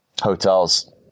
hotels